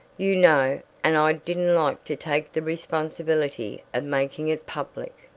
you know, and i didn't like to take the responsibility of making it public.